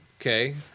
Okay